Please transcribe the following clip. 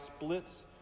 splits